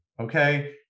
Okay